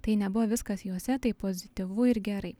tai nebuvo viskas juose taip pozityvu ir gerai